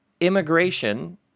immigration